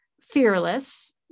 fearless